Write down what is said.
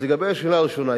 אז לגבי השאלה הראשונה,